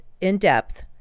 in-depth